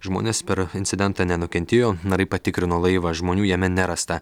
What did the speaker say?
žmonės per incidentą nenukentėjo narai patikrino laivą žmonių jame nerasta